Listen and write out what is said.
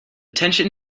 tension